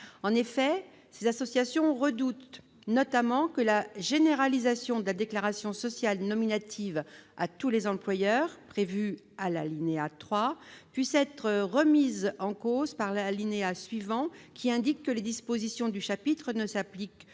En effet, elles redoutent notamment que la généralisation de la déclaration sociale nominative à tous les employeurs, prévue à l'alinéa 3, ne puisse être remise en cause par l'alinéa suivant, qui indique que les dispositions du chapitre en question